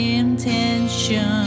intention